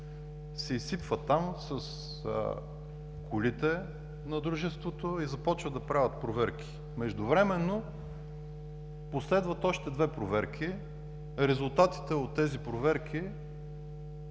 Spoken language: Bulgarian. се изсипват там с колите на дружеството и започват да правят проверки. Междувременно последват още две проверки. Резултатите от тези проверки